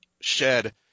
shed